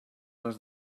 les